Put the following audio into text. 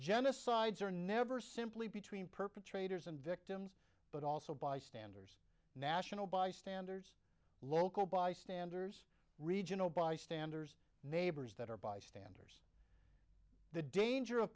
genocides are never simply between perpetrators and victims but also bystanders national bystanders local bystanders regional bystanders neighbors that are bystanders the danger of